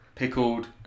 Pickled